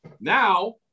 Now